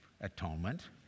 atonement